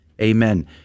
Amen